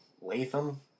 Latham